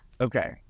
Okay